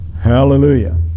Hallelujah